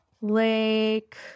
Lake